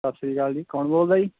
ਸਤਿ ਸ਼੍ਰੀ ਅਕਾਲ ਜੀ ਕੌਣ ਬੋਲਦਾ ਜੀ